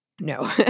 No